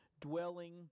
dwelling